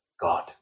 God